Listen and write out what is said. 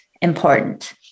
important